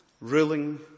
ruling